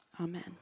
Amen